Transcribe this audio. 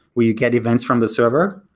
where you get events from the server,